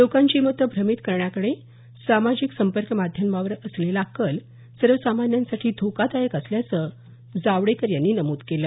लोकांची मतं भ्रमित करण्याकडे सामाजिक संपर्क माध्यमांवर असलेला कल सर्वसामान्यांसाठी धोकादायक असल्याचं जावडेकर यांनी नमूद केलं